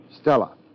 Stella